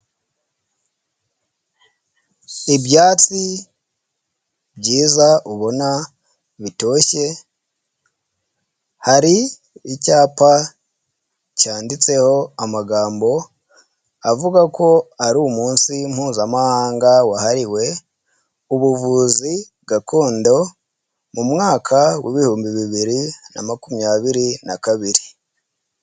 Ibyatsi byiza ubona bitoshye, hari icyapa cyanditseho amagambo avuga ko ari umunsi mpuzamahanga wahariwe ubuvuzi gakondo mu mwaka wibihumbi bibiri na makumyabiri na kabiri.